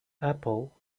apple